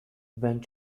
went